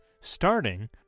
starting